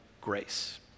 grace